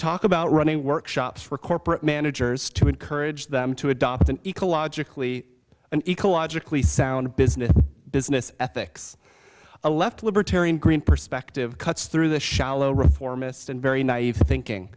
talk about running workshops for corporate managers to encourage them to adopt an ecologically and ecologically sound business business ethics a left libertarian green perspective cuts through the shallow reformist and very naive thinking